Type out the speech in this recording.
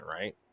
right